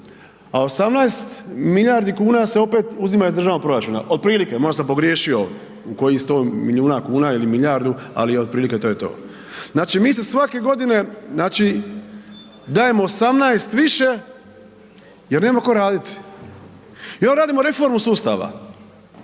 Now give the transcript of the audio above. a 18 milijardi kuna se opet uzima iz državnog proračuna, otprilike, možda sam pogriješio u kojih 100 milijuna kuna ili milijardu, ali otprilike to je to. Znači, mi se svake godine, znači dajemo 18 više jer nema tko raditi i onda radimo reformu sustava